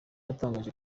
yatangaje